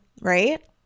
right